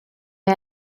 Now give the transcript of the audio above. wir